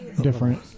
different